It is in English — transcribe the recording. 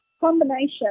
Combination